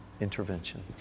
intervention